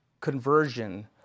conversion